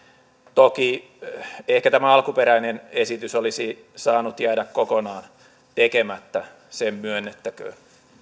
toki ehkä tämä alkuperäinen esitys olisi saanut jäädä kokonaan tekemättä se myönnettäköön